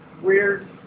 weird